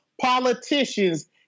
politicians